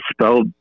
spelled